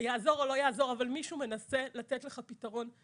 יעזור או לא יעזור אבל מישהו מנסה לתת לך פתרון.